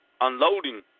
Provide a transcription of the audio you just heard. unloading